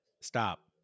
stop